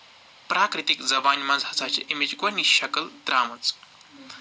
پراکرَتٕکۍ زَبانہِ منٛز ہسا چھِ اَمِچ گۄڈٕنِچ شَکٔل درٛامٕژ